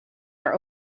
are